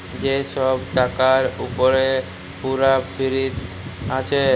যে ছব টাকার উপরে পুরা ফিরত আসে